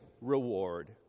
reward